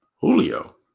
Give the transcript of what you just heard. Julio